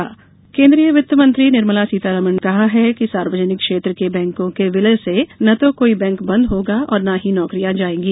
वित्त मंत्री केन्द्रीय वित्त मंत्री निर्मला सीतारमण ने कहा है कि सार्वजनिक क्षेत्र के बैंकों के विलय से न तो कोई बैंक बन्द होगा और न ही नौकरियां जाएंगी